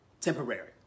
temporary